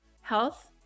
health